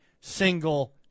single